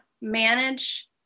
manage